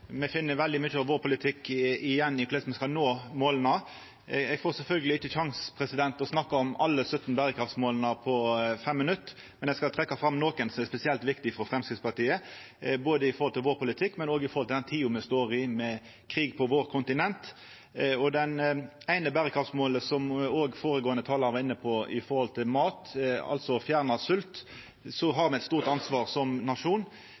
vår politikk igjen i korleis me skal nå måla. Eg får sjølvsagt ikkje sjanse til å snakka om alle 17 berekraftsmåla på 5 minutt, men eg skal trekkja fram nokon som er spesielt viktige for Framstegspartiet, med tanke på både vår politikk og den tida me står i, med krig på vårt kontinent. Når det gjeld det eine berekraftsmålet som òg føregåande talar var inne på, som gjeld mat, altså å fjerna svolt, så har me eit stort ansvar som nasjon.